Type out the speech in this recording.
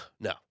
No